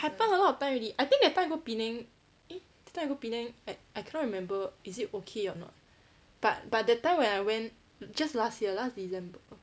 happened a lot of time already I think that time I go penang eh that time I go penang at I cannot remember is it okay or not but but that time when I went just last year last december